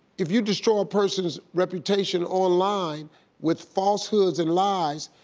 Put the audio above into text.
if you destroy a person's reputation or lie with falsehoods and lies,